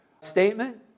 statement